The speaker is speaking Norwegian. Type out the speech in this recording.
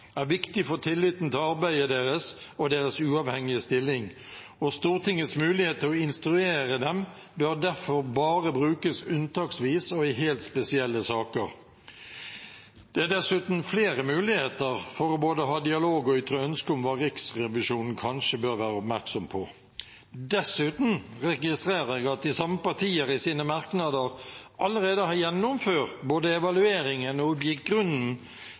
er viktig for tilliten til arbeidet deres og deres uavhengige stilling, og Stortingets mulighet til å instruere dem bør derfor bare brukes unntaksvis og i helt spesielle saker. Det er dessuten flere muligheter for både å ha dialog og ytre ønske om hva Riksrevisjonen kanskje bør være oppmerksom på. Dessuten registrerer jeg at de samme partier i sine merknader allerede både har gjennomført evalueringen og gitt grunnen